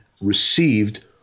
received